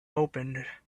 opened